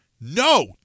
No